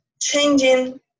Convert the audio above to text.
changing